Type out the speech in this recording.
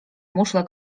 muszlę